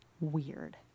weird